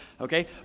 okay